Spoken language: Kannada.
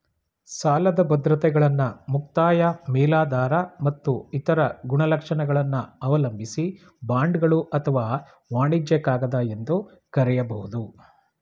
ಸಾಲದ ಬದ್ರತೆಗಳನ್ನ ಮುಕ್ತಾಯ ಮೇಲಾಧಾರ ಮತ್ತು ಇತರ ಗುಣಲಕ್ಷಣಗಳನ್ನ ಅವಲಂಬಿಸಿ ಬಾಂಡ್ಗಳು ಅಥವಾ ವಾಣಿಜ್ಯ ಕಾಗದ ಎಂದು ಕರೆಯಬಹುದು